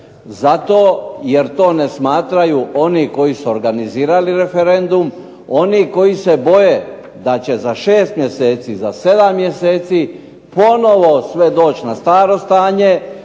zato jer to ne smatraju oni koji su organizirali referendum, oni koji se boje da će za 6 mjeseci, za 7 mjeseci ponovo sve doći na staro stanje,